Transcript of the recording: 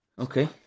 Okay